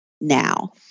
now